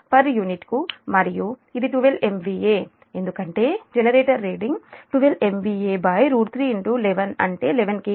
472 per యూనిట్కు మరియు ఇది 12 MVA ఎందుకంటే జనరేటర్ రేటింగ్ 12 MVA311అంటే 11KV